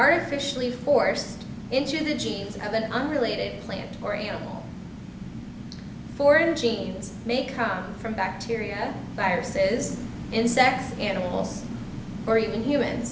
artificially forced into the genes of an unrelated plant or animal for an genes may come from bacteria or viruses insects animals or even human